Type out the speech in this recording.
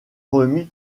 remis